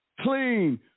clean